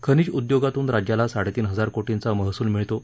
खनिज उद्योगातून राज्याला साडेतीन हजार कोटींचा महसूल मिळतो